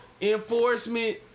enforcement